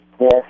Yes